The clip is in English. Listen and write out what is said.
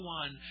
one